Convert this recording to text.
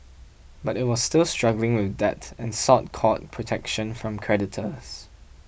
but it was still struggling with debt and sought court protection from creditors